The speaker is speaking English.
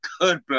good